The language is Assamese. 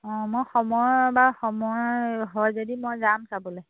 অঁ মই সময়ৰ বা সময় হয় যদি মই যাম চাবলৈ